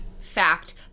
fact